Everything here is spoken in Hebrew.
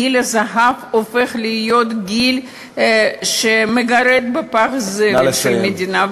גיל הזהב הופך להיות גיל שמגרד בפח הזבל של המדינה.